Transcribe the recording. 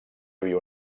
havia